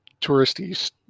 touristy